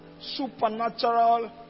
supernatural